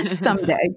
someday